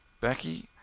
Becky